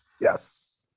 Yes